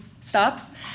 stops